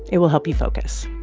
it will help you focus.